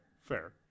fair